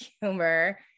humor